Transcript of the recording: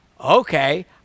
Okay